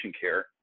care